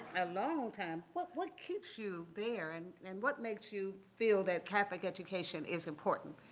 a long time. what what keeps you there and and what makes you feel that catholic education is important?